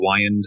Wyand